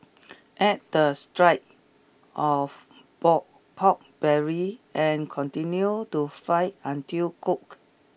add the strips of pork pork belly and continue to fry until cooked